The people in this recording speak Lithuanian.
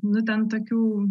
nu ten tokių